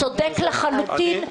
הוא צודק לחלוטין.